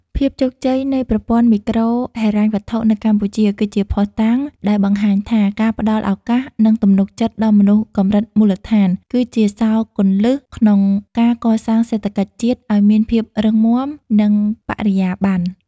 ភាពជោគជ័យនៃប្រព័ន្ធមីក្រូហិរញ្ញវត្ថុនៅកម្ពុជា គឺជាភស្តុតាងដែលបង្ហាញថា ការផ្តល់ឱកាស និងទំនុកចិត្តដល់មនុស្សកម្រិតមូលដ្ឋាន គឺជាសោរគន្លឹះក្នុងការកសាងសេដ្ឋកិច្ចជាតិឱ្យមានភាពរឹងមាំ និងបរិយាបន្ន។